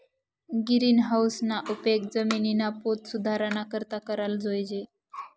गिरीनहाऊसना उपेग जिमिननी पोत सुधाराना करता कराले जोयजे